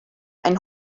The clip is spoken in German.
ein